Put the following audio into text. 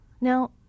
Now